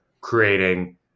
creating